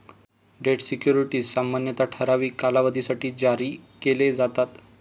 date securities सामान्यतः ठराविक कालावधीसाठी जारी केले जातात